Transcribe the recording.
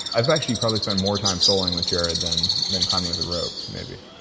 i've actually probably spent more time soloing with jared than than climbing with a rope, maybe.